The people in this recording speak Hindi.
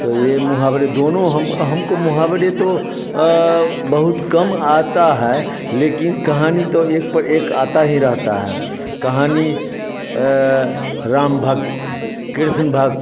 तो यह मुहावरे दोनों हम हमको मुहावरे तो बहुत कम आता है लेकिन कहानी तो एक पर एक आती ही रहती है कहानी राम भक्त कृष्ण भक्त